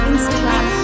Instagram